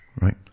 right